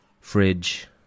fridge